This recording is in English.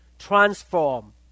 Transform